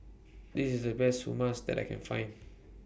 This IS The Best Hummus that I Can Find